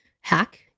hack